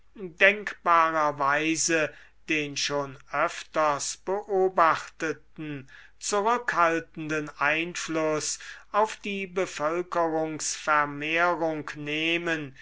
erfreuen denkbarerweise den schon öfters beobachteten zurückhaltenden einfluß auf die bevölkerungsvermehrung nehmen